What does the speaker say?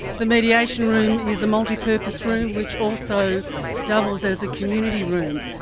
the mediation room is a multipurpose room which also doubles as a community room,